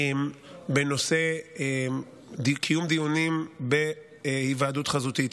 בנושא קיום דיונים בהיוועדות חזותית.